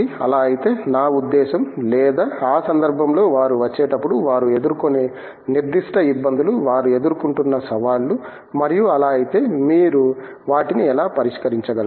అలా అయితే నా ఉద్దేశ్యం లేదా ఆ సందర్భంలో వారు వచ్చేటప్పుడు వారు ఎదుర్కొనే నిర్దిష్ట ఇబ్బందులు వారు ఎదుర్కొంటున్న సవాళ్లు మరియు అలా అయితే మీరు వాటిని ఎలా పరిష్కరించగలరు